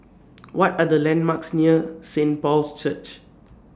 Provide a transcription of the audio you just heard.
What Are The landmarks near Saint Paul's Church